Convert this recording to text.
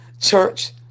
church